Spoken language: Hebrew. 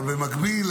אבל במקביל,